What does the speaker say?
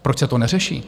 Proč se to neřeší?